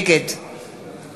נגד